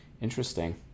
Interesting